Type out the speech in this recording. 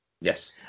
Yes